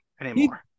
anymore